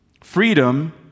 freedom